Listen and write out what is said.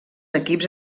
equips